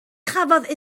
chafodd